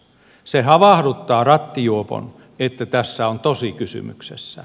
se havahduttaa rattijuopon että tässä on tosi kysymyksessä